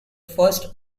first